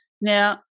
Now